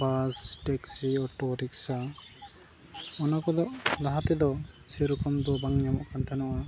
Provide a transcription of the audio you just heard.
ᱵᱟᱥ taxi auto rickshaw ᱚᱱᱟ ᱠᱚᱫᱚ ᱞᱟᱦᱟ ᱛᱮᱫᱚ ᱥᱮᱨᱚᱠᱚᱢ ᱫᱚ ᱵᱟᱝ ᱧᱟᱢᱚᱜ ᱠᱟᱱ ᱛᱟᱦᱮᱱᱚᱜᱼᱟ